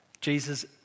Jesus